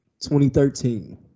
2013